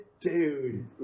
Dude